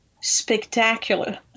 spectacular